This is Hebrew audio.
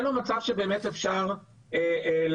זה לא מצב שבאמת אפשר להשפיע.